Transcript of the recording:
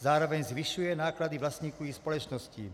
Zároveň zvyšuje náklady vlastníků i společnosti.